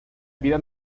vida